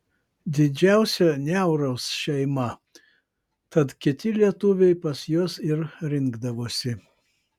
didžiausia niauros šeima tad kiti lietuviai pas juos ir rinkdavosi